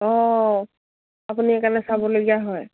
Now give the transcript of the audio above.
অঁ আপুনি এইকাৰণে চাবলগীয়া হয়